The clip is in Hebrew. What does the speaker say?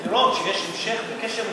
צריך לראות שיש המשך וקשר.